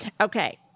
Okay